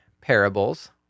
parables